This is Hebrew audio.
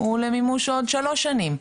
הוא למימוש עוד שלוש שנים,